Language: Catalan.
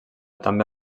també